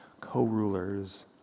co-rulers